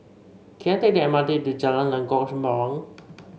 can I take the M R T to Jalan Lengkok Sembawang